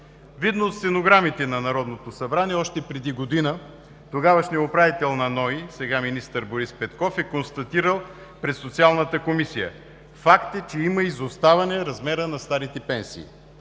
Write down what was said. Видно от стенограмите на Народното събрание още преди година тогавашният управител на НОИ, сега министър Борис Петков, е констатирал пред Социалната комисия: „Факт е, че има изоставане в размера на старите пенсии“.